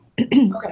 Okay